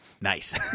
Nice